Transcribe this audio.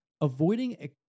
avoiding